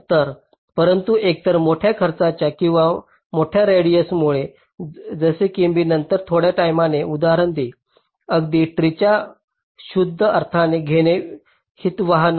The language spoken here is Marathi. तर परंतु एकतर मोठ्या खर्चाच्या किंवा मोठ्या रेडिएसमुळे जसे की मी नंतर थोड्या टाईमाने उदाहरण देईन अगदी ट्री त्याच्या शुद्ध अर्थाने घेणे हितावह नाही